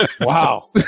Wow